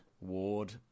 Ward